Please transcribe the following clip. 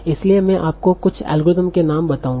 इसलिए मैं आपको कुछ एल्गोरिदम के नाम बताऊंगा